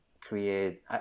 create